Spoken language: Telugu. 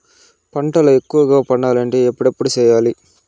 పంటల ఎక్కువగా పండాలంటే ఎప్పుడెప్పుడు సేయాలి?